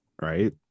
right